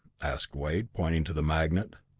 asked wade, pointing to the magnet.